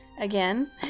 again